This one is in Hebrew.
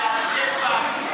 זה עלא כיפאק,